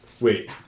Wait